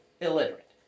illiterate